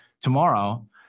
tomorrow